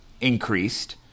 increased